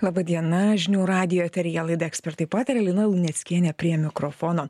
laba diena žinių radijo eteryje laida ekspertai pataria lina luneckienė prie mikrofono